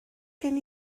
gen